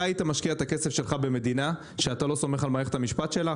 אתה היית משקיע את הכסף שלך במדינה שאתה לא סומך על מערכת המשפט שלה?